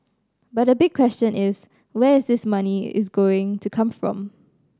but the big question is where is this money is going to come from